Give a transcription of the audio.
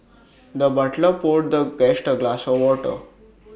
the butler poured the guest A glass of water